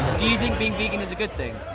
do you think being vegan is a good thing?